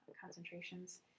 concentrations